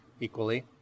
equally